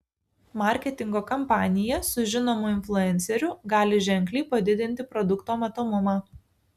marketingo kampanija su žinomu influenceriu gali ženkliai padidinti produkto matomumą